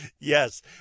yes